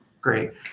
great